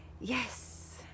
Yes